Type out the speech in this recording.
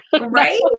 Right